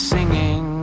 Singing